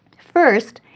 first,